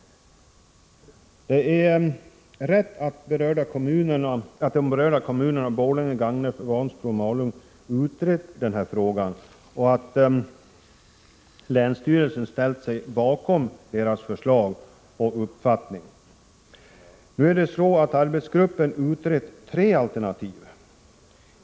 Det är rätt att de berörda kommunerna Borlänge, Gagnef, Vansbro och Malung har utrett frågan och att länsstyrelsen i Kopparbergs län ställt sig bakom deras förslag. Nu är det så att arbetsgruppen har utrett tre alternativ.